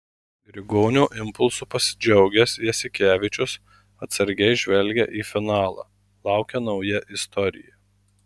grigonio impulsu pasidžiaugęs jasikevičius atsargiai žvelgia į finalą laukia nauja istorija